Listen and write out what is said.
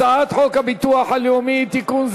הצעת חוק הביטוח הלאומי (תיקון,